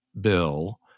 Bill